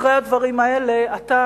אחרי הדברים האלה, אתה